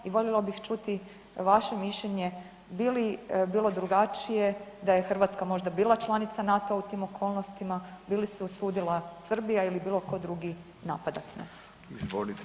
I voljela bih čuti vaše mišljenje bi li bilo drugačije da je Hrvatska možda bila članica NATO-a u tim okolnostima, bi li se usudila Srbija ili bilo tko drugi napadat nas.